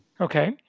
Okay